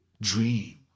dream